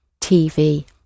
TV